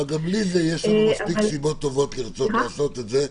אבל גם בלי זה יש לנו מספיק סיבות טובות לרצות לעשות את זה.